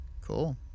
Cool